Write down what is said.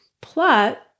Plot